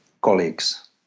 colleagues